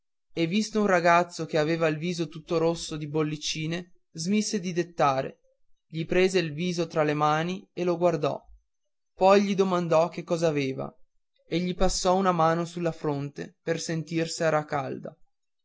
e visto un ragazzo che aveva il viso tutto rosso di bollicine smise di dettare gli prese il viso fra le mani e lo guardò poi gli domandò che cos'aveva e gli posò una mano sulla fronte per sentir s'era calda